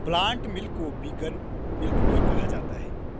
plant milk को vegan milk भी कहा जाता है